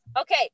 Okay